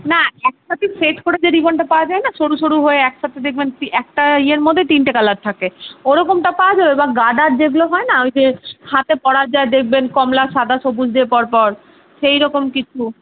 না একসাথে সেট করে যে রিবনটা পাওয়া যায় না সরু সরু হয়ে একসাথে দেখবেন একটা ইয়ের মধ্যে তিনটে কালার থাকে ওরকমটা পাওয়া যাবে বা গার্ডার যেগুলো হয় না ওই যে হাতে পরা যায় দেখবেন কমলা সাদা সবুজ দিয়ে পরপর সেইরকম কিছু